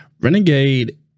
renegade